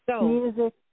music